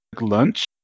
lunch